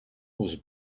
was